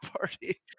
Party